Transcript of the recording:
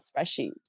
spreadsheet